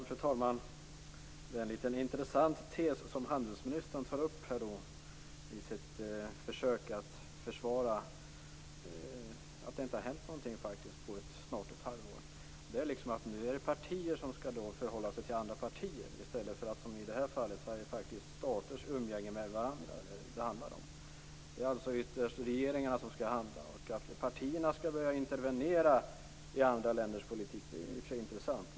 Fru talman! Det är en intressant tes som handelsministern tar upp i sitt försök att försvara att det inte har hänt någonting på snart ett halvår, nämligen att det nu är partier som skall förhålla sig till andra partier, i stället för att det handlar om staters umgänge med varandra, som i det här fallet. Det är alltså ytterst regeringarna som skall handla. Att partierna skulle behöva intervenera i andra länders politik är i och för sig intressant.